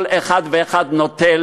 שכל אחד ואחד נותן,